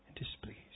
Displeased